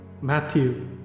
Matthew